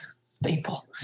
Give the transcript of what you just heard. staple